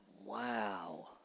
Wow